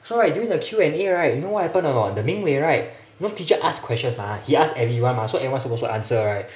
so right during the Q&A right you know what happen or not the ming wei right you know teacher ask questions mah he ask everyone mah so everyone supposed to answer right